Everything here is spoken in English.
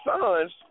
sons